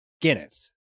Guinness